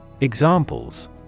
Examples